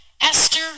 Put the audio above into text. Esther